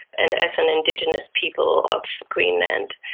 and as an indigenous people of greenland.